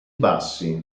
bassi